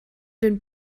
denn